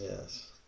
Yes